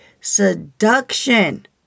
seduction